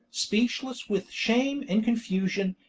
speechless with shame and confusion,